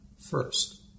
first